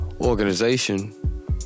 organization